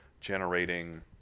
generating